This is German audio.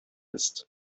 ist